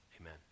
Amen